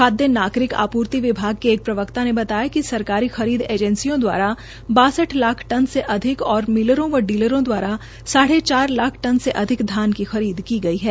खाद्य नागरिक आपूर्ति विभाग के एक प्रवक्ता ने बताया कि सरकारी खरीद एजेंसियों दवारा बासठ लाख टन से अधिक और मिलरों व डीलरों दवारा साढ़े चार लाख टन से अधिक धान की खरीद की गई है